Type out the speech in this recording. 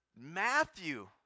Matthew